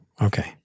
okay